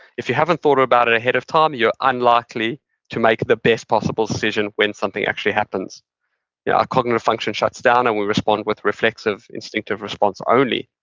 if you haven't thought about it ahead of time, you're unlikely to make the best possible decision when something actually happens. our yeah cognitive function shuts down and we respond with reflexive, instinctive response only.